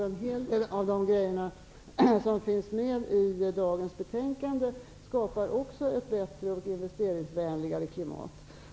En hel del av det som finns med i dagens betänkande skapar också ett bättre och investeringsvänligare klimat.